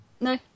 No